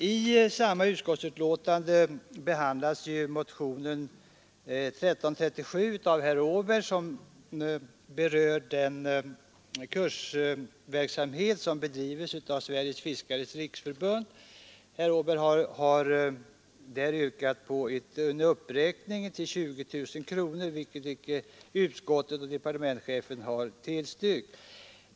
I samma utskottsbetänkande behandlas motionen 1337 av herr Åberg, som yrkat på en uppräkning till 20 000 kronor av anslag till Sveriges fiskares riksförbund. Utskottsmajoriteten har avstyrkt motionen.